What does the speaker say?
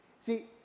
see